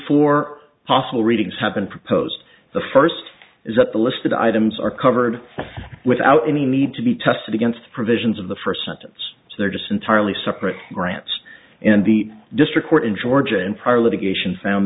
for possible readings have been proposed the first is that the listed items are covered without any need to be tested against the provisions of the first sentence so they're just entirely separate grants and the district court in georgia and prior litigation found